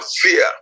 fear